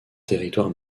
territoire